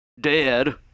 dead